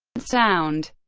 sound,